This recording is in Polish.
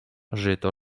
żyto